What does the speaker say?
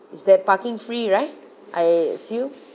is there parking free right I assume